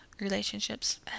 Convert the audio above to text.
relationships